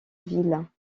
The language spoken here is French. ville